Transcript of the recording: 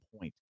point